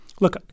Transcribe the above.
look